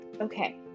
okay